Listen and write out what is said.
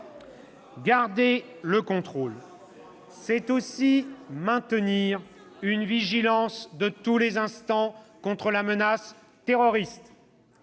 Garder le contrôle, c'est maintenir une vigilance de tous les instants contre la menace terroriste,